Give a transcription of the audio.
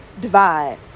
divide